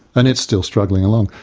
and it's still struggling along.